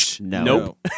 Nope